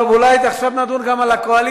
טוב, אולי נדון עכשיו גם על הקואליציה?